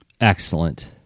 excellent